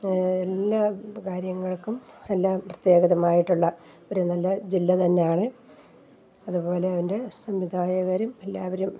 എല്ലാ കാര്യങ്ങൾക്കും എല്ലാ പ്രത്യേകമായിട്ടുള്ള ഒരു നല്ല ജില്ല തന്നെയാണ് അതുപോലെ അതിൻറെ സംവിധായകരും എല്ലാവരും